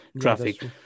traffic